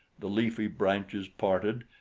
the leafy branches parted,